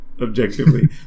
objectively